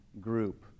group